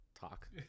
talk